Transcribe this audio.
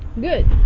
good.